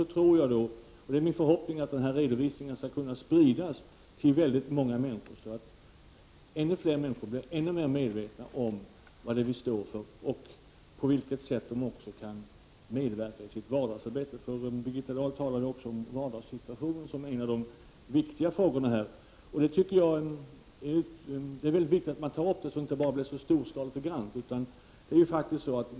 Det är därför min förhoppning att den här redovisningen skall kunna spridas till väldigt många människor, så att ännu fler blir ännu mer medvetna om vad vi står för och på vilket sätt de kan medverka till resultat i sitt vardagsliv. Birgitta Dahl talade ju om människors vardagssituation som en av de viktiga frågorna. Det är viktigt att man tar upp dessa, så att det inte bara blir storslaget och grant.